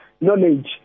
knowledge